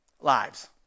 lives